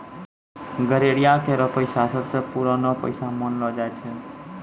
गड़ेरिया केरो पेशा सबसें पुरानो पेशा मानलो जाय छै